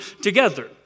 together